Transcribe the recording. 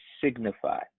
signify